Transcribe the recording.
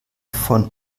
von